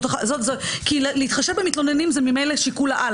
כי להתחשב במתלוננים זה ממילא שיקול העל,